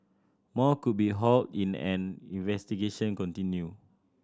more could be hauled in an investigation continue